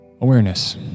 awareness